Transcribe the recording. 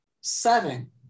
seven